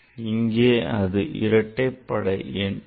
இங்கே அது இரட்டைப்படை எண் ஆகும்